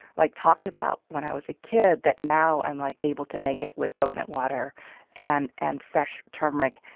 like, talked about when i was a kid that now i'm, like, able to make it with coconut water and and fresh turmeric.